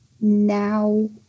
now